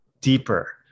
deeper